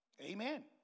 Amen